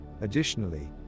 Additionally